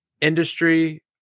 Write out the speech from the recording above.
industry